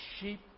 sheep